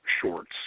shorts